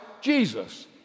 Jesus